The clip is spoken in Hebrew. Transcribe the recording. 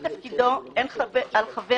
אי תלות 16. במילוי תפקידו אין על חבר